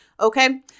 Okay